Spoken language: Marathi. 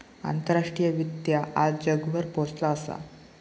आंतराष्ट्रीय वित्त आज जगभर पोचला असा